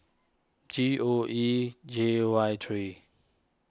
G O E J Y three